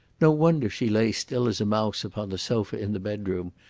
no wonder she lay still as a mouse upon the sofa in the bedroom.